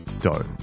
dough